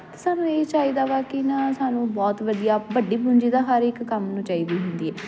ਅਤੇ ਸਾਨੂੰ ਇਹ ਚਾਹੀਦਾ ਵਾ ਕਿ ਨਾ ਸਾਨੂੰ ਬਹੁਤ ਵਧੀਆ ਵੱਡੀ ਪੂੰਜੀ ਤਾਂ ਹਰ ਇੱਕ ਕੰਮ ਨੂੰ ਚਾਹੀਦੀ ਹੁੰਦੀ